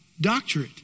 doctorate